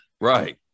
Right